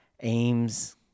aims